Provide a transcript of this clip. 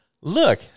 Look